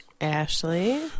Ashley